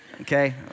okay